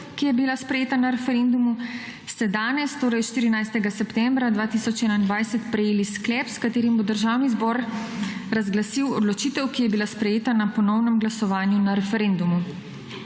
ki je bila sprejeta na referendumu, ste danes, torej 14. septembra 2021 prejeli sklep, s katerim bo Državni zbor razglasil odločitev, ki je bila sprejeta na ponovnem glasovanju na referendumu.